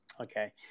Okay